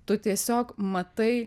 tu tiesiog matai